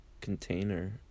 container